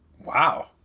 Wow